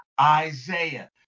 Isaiah